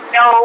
no